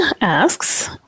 asks